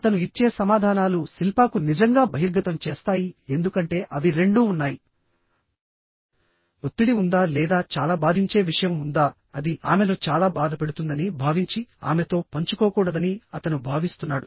అతను ఇచ్చే సమాధానాలు శిల్పాకు నిజంగా బహిర్గతం చేస్తాయి ఎందుకంటే అవి రెండూ ఉన్నాయి ఒత్తిడి ఉందా లేదా చాలా బాధించే విషయం ఉందా అది ఆమెను చాలా బాధపెడుతుందని భావించి ఆమెతో పంచుకోకూడదని అతను భావిస్తున్నాడు